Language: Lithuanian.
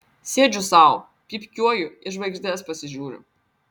sėdžiu sau pypkiuoju į žvaigždes pasižiūriu